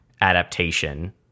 adaptation